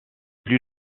plus